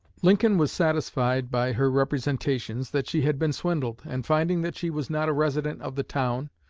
lincoln was satisfied by her representations that she had been swindled, and finding that she was not a resident of the town,